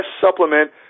supplement